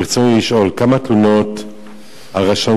ברצוני לשאול: 1. כמה תלונות על רשלנות